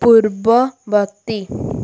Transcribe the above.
ପୂର୍ବବର୍ତ୍ତୀ